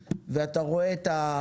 אתה עושה את מפת הנגב והגליל ואתה רואה